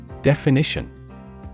Definition